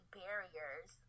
barriers